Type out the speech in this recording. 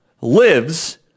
lives